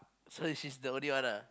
so she's the only one ah